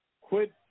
Quit